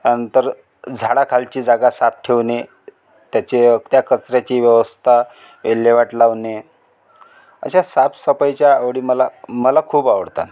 त्यानंतर झाडाखालची जागा साफ ठेवणे त्याची त्या कचऱ्याची व्यवस्था विल्हेवाट लावणे अशा साफसफाईच्या आवडी मला मला खूप आवडतात